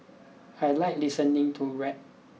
I like listening to rap